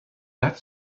that